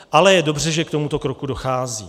Ale je dobře, že k tomuto kroku dochází.